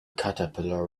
caterpillar